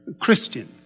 Christian